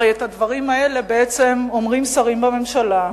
הרי את הדברים האלה בעצם אומרים שרים בממשלה,